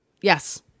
yes